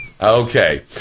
Okay